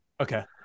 Okay